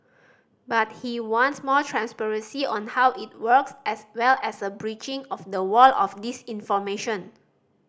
but he wants more transparency on how it works as well as a breaching of the wall of disinformation